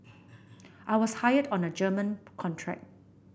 I was hired on a German contract